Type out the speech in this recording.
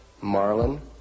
Marlin